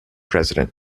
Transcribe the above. president